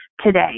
today